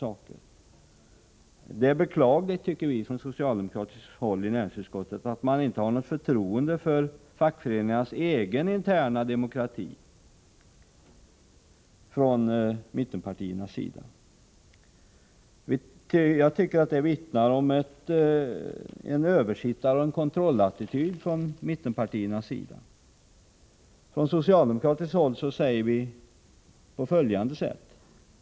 Socialdemokraterna i näringsutskottet tycker att det är beklagligt att mittenpartierna inte har något förtroende för fackföreningarnas egen, interna demokrati. Jag tycker att detta vittnar om en översittaroch kontrollattityd från mittenpartiernas sida. På socialdemokratiskt håll säger vi följande.